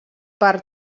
per